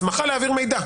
הסכמה להעביר מידע.